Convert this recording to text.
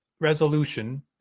resolution